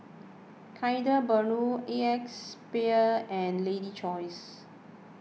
Kinder Bueno Acexspade and Lady's Choice